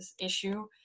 issue